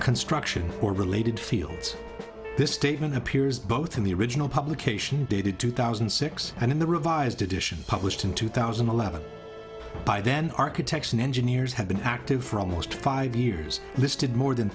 construction or related fields this statement appears both in the original publication dated two thousand and six and in the revised edition published in two thousand and eleven by then architects and engineers have been active for almost five years listed more than